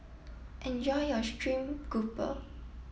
enjoy your steamed grouper